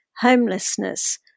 homelessness